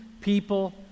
people